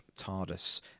TARDIS